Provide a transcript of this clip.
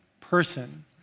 person